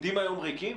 עומדים היום ריקים?